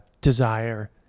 desire